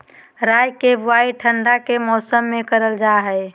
राई के बुवाई ठण्ड के मौसम में करल जा हइ